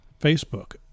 Facebook